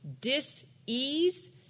dis-ease